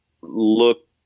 look